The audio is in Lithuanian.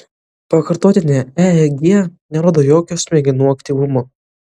pakartotinė eeg nerodo jokio smegenų aktyvumo